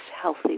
healthy